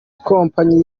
ikompanyi